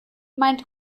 mein